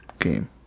game